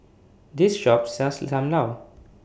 This Shop sells SAM Lau